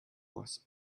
was